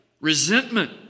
resentment